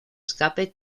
escape